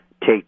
take